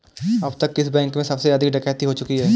अब तक किस बैंक में सबसे अधिक डकैती हो चुकी है?